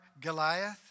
Goliath